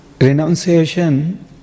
Renunciation